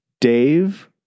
Dave